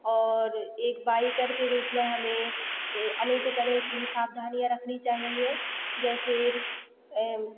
और एक बाइकर के रूप में हमें ऐ अनेकों तरह की सावधानियाँ रखनी चाहिए जैसे सर